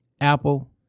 Apple